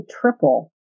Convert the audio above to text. triple